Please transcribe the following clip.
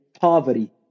poverty